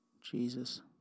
Jesus